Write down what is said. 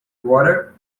water